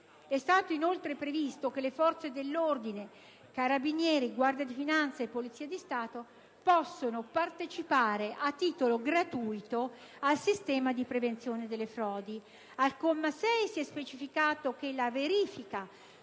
È stato inoltre previsto che le forze dell'ordine - Carabinieri, Guardia di finanza e Polizia di Stato - possono partecipare, a titolo gratuito, al sistema di prevenzione delle frodi. Al comma 6 si è specificato che la verifica